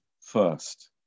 first